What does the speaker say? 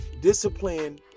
discipline